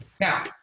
Now